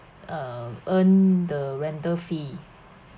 uh earn the rental fee